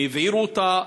הם הבעירו אותה?